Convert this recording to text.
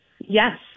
yes